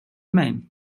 mig